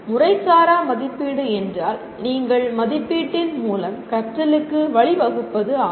முறைசாரா மதிப்பீடு என்றால் நீங்கள் மதிப்பீட்டின் மூலம் கற்றலுக்கு வழிவகுப்பது ஆகும்